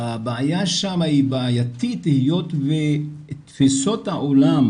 הבעיה שם היא בעייתית היות ותפיסות העולם